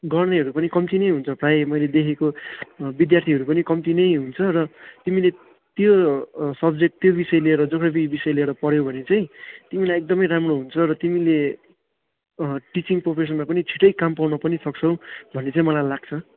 गर्नेहरू पनि कम्ती नै हुन्छ प्रायः मैले देखेको विद्यार्थीहरू पनि कम्ती नै हुन्छ र तिमीले त्यो सब्जेक्ट त्यो विषय लिएर जियोग्राफी विषय लिएर पढ्यौँ भने चाहिँ तिमीलाई एकदमै राम्रो हुन्छ र तिमीले टिचिङ प्रोफेसनमा पनि छिटै काम पाउन पनि सक्छौ भन्ने चाहिँ मलाई लाग्छ